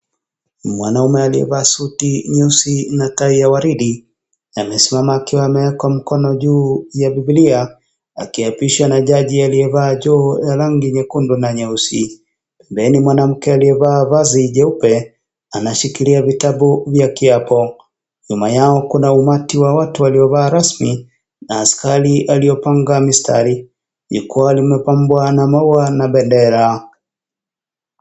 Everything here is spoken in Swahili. Ni mwanaume aliyevaa suti nyeusi na tai ya waridi, amesimama akiwa ameweka mkono juu ya Biblia; akiapishwa na jaji aliyevaa joho la rangi nyekundu na nyeusi. Mwanamke aliyevaa vazi jeusi anashikilia vitabu vya kiapo. Nyuma yao kuna umati wa watu waliovaa rasmi na askari aliopanga mistari. Jukwaaa limepambwa kwa maua na bendera.